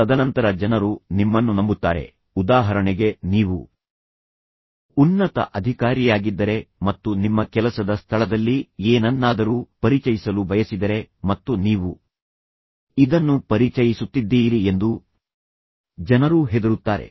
ತದನಂತರ ಜನರು ನಿಮ್ಮನ್ನು ನಂಬುತ್ತಾರೆ ಉದಾಹರಣೆಗೆ ನೀವು ಉನ್ನತ ಅಧಿಕಾರಿಯಾಗಿದ್ದರೆ ಮತ್ತು ನಿಮ್ಮ ಕೆಲಸದ ಸ್ಥಳದಲ್ಲಿ ಏನನ್ನಾದರೂ ಪರಿಚಯಿಸಲು ಬಯಸಿದರೆ ಮತ್ತು ನೀವು ಇದನ್ನು ಪರಿಚಯಿಸುತ್ತಿದ್ದೀರಿ ಎಂದು ಜನರು ಹೆದರುತ್ತಾರೆ